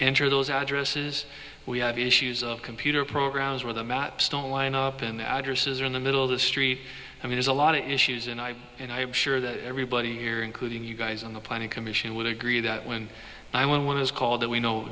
enter those addresses we have issues of computer programs where the maps don't line up in the addresses or in the middle of the street i mean it's a lot of issues and i'm sure that everybody here including you guys on the planning commission would agree that when i when one is called that we know